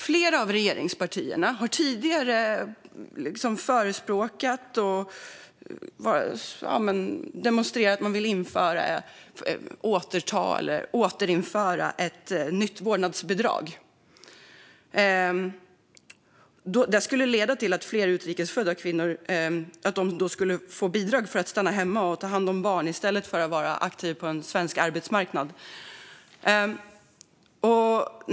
Flera av regeringspartierna har tidigare förespråkat och demonstrerat att de vill återinföra ett vårdnadsbidrag. Det skulle leda till att fler utrikes födda kvinnor skulle få bidrag för att stanna hemma och ta hand om barn i stället för att vara aktiva på den svenska arbetsmarknaden.